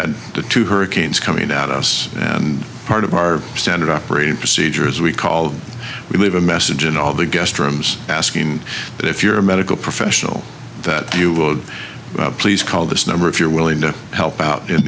had the two hurricanes coming at us and part of our standard operating procedure is we call we leave a message in all the guest rooms asking if you're a medical professional that you please call this number if you're willing to help out in